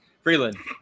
Freeland